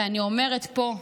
ואני אומרת פה,